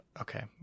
okay